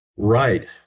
Right